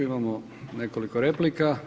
Imamo nekoliko replika.